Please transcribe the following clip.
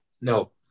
No